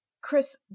Chris